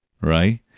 right